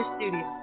Studio